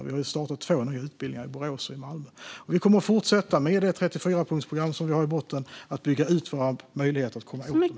Vi har ju startat två nya utbildningar, i Borås och Malmö. Vi kommer med det 34-punktsprogram vi har i botten att fortsätta att bygga ut våra möjligheter att komma åt detta.